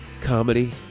comedy